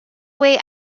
way